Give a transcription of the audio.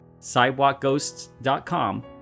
sidewalkghosts.com